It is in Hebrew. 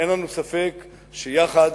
אין לנו ספק שיחד,